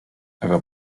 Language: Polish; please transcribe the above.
ewa